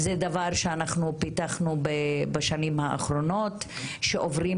זה דבר שפיתחנו בשנים האחרונות שעוברים